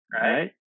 right